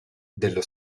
dello